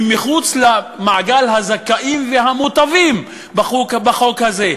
הם מחוץ למעגל הזכאים והמוטבים בחוק הזה.